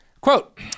Quote